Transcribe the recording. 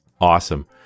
Awesome